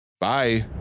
Bye